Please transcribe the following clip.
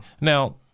Now